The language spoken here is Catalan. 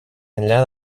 enllà